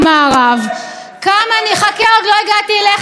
בואו נגיע לחבר הכנסת מוּסי רז.